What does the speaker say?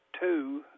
two